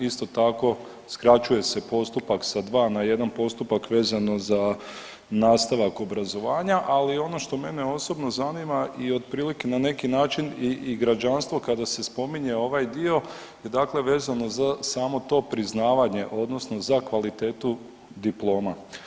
Isto tako, skraćuje se postupak sa 2 na 1 postupak vezano za nastavak obrazovanja, ali ono što mene osobno zanima je otprilike na neki način i građanstvo, kada se spominje ovaj dio, dakle vezano za samo to priznavanje odnosno za kvalitetu diploma.